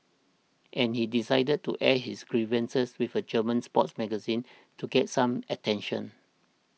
and he decided to air his grievances with a German sports magazine to gets some attention